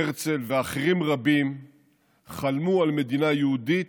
הרצל ואחרים רבים חלמו על מדינה יהודית,